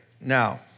Now